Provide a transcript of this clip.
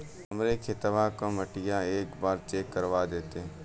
हमरे खेतवा क मटीया एक बार चेक करवा देत?